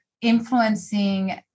influencing